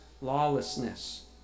lawlessness